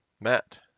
Matt